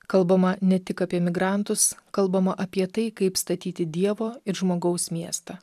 kalbama ne tik apie migrantus kalbama apie tai kaip statyti dievo ir žmogaus miestą